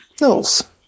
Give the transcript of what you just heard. Nils